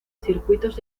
circuitos